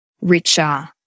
richer